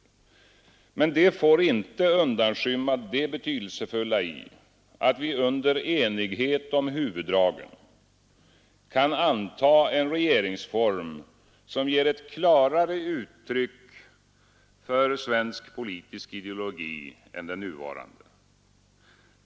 Detta får emellertid inte undanskymma det betydelsefulla i att vi under enighet om huvuddragen kan anta en regeringsform som ger ett klarare uttryck för svensk politisk ideologi än den nuvarande.